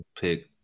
pick